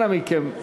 אנא מכם.